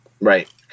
Right